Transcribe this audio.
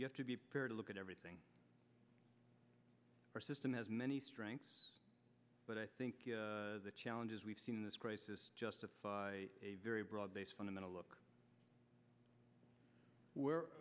you have to be fair to look at everything our system has many strengths but i think the challenges we've seen in this crisis justify a very broad base fundamental look